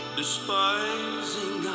despising